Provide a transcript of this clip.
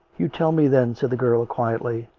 you tell me, then, said the girl quietly,